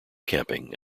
camping